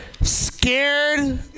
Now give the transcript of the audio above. scared